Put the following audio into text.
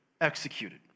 executed